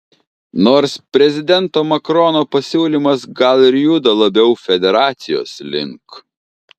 nors prezidento macrono pasiūlymas gal ir juda labiau federacijos link